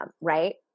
right